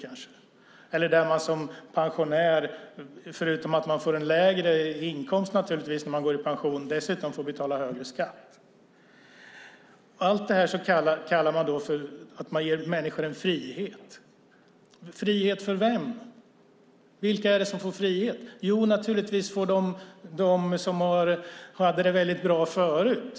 Är det ett samhälle där man som pensionär förutom att man naturligtvis får en lägre inkomst också får betala en högre skatt? Allt detta kallar man att man ger människor en frihet. Frihet för vem? Vilka är det som får frihet? Naturligtvis får de som hade det väldigt bra förut frihet.